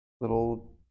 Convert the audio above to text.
little